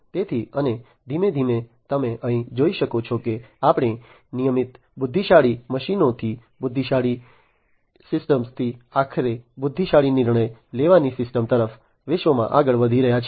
તેથી અને ધીમે ધીમે તમે અહીં જોઈ શકો છો કે આપણે નિયમિત બુદ્ધિશાળી મશીનોથી બુદ્ધિશાળી સિસ્ટમ્સથી આખરે બુદ્ધિશાળી નિર્ણય લેવાની સિસ્ટમ તરફ વિશ્વમાં આગળ વધી રહ્યા છીએ